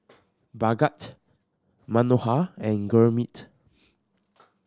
Bhagat Manohar and Gurmeet